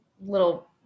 Little